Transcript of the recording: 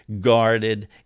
guarded